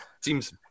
Seems